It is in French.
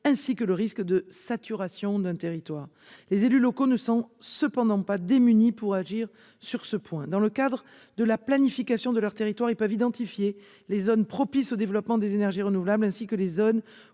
locaux et le risque de saturation d'un territoire. Les élus locaux ne sont toutefois pas démunis pour agir. Dans le cadre de la planification territoriale, ils peuvent identifier les zones propices au développement des énergies renouvelables ainsi que les zones